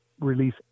release